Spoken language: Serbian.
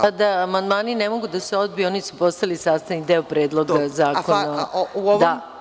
Pa, da, amandmani ne mogu da se odbiju, oni su postali sastavni deo Predloga zakona.